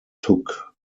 took